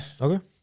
Okay